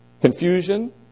confusion